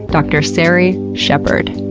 dr. sari shepphird.